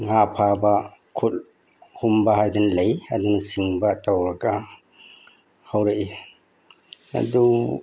ꯉꯥ ꯐꯥꯕ ꯈꯨꯠ ꯍꯨꯝꯕ ꯍꯥꯏꯗꯅ ꯂꯩ ꯑꯗꯨꯅꯆꯤꯡꯕ ꯇꯧꯔꯒ ꯍꯧꯔꯛꯏ ꯑꯗꯨ